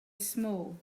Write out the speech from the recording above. small